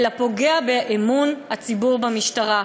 פוגע באמון הציבור במשטרה.